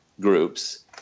groups